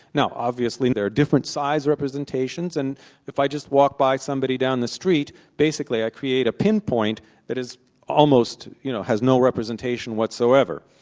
now obviously there are different-sized representations, and if i just walk by somebody down the street, basically i create a pinpoint that almost you know has no representation whatsoever.